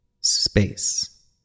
space